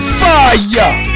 fire